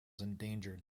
endangered